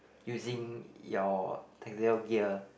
using your tactical gear